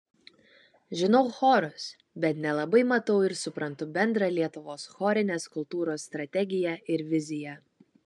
žinau chorus bet nelabai matau ir suprantu bendrą lietuvos chorinės kultūros strategiją ir viziją